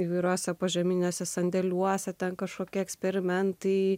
virosa požeminiuose sandėliuose ten kažkokie eksperimentai